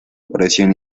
presión